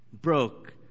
broke